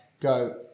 go